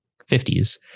50s